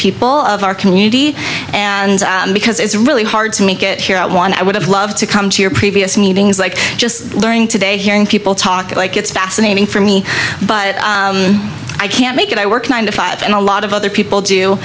people of our community and because it's really hard to make it here i want i would have loved to come to your previous meetings like just learning today hearing people talk like it's fascinating for me but i can't make it i work nine to five and a lot of other people do